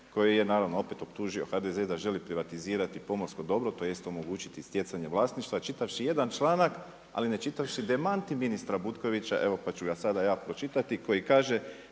koji je naravno opet optužio HDZ da želi privatizirati pomorsko dobro tj. omogućiti stjecanje vlasništva čitavši jedan članak, ali ne čitavši demanti ministra Butkovića evo pa ću ga sada ja pročitati koji kaže